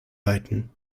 weiten